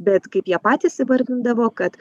bet kaip jie patys įvardindavo kad